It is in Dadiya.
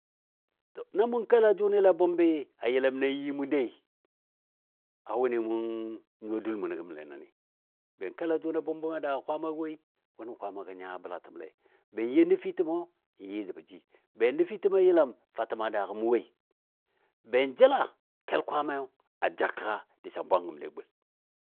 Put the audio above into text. na mʊ kela jʊnile a bumbɨ yəlam na yii mun dou a wʊni mun nyuwa dul munɔ gəmle nəni. Be n kela jʊni a bʊmbʊmɨ a daagɔ Kwaammagɔ woi. Wʊni Kwaamagɔ nya bəlatəmle, bn you nəfitəmɔ n yɨ təbɔ ji, be nəfitəmɔ a yəlam fatəm a daagɔ mʊ woi. Be jəla kel Kwaamayo a ja kəga diso yɔ bwangəmle a gul